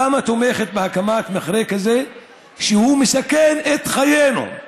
למה היא תומכת בהקמת מכרה כזה, שמסכן את חיינו?